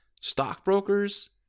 stockbrokers